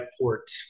port